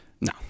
No